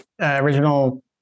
original